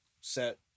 set